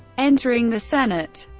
entering the senate,